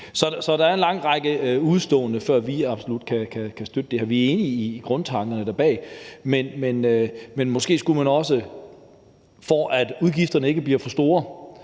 Så der er en lang række udeståender, før vi absolut kan støtte det her. Vi er enige i grundtankerne bag forslaget, men måske skulle man også – for at udgifterne ikke bliver for store